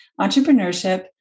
entrepreneurship